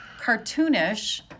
cartoonish